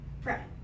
friend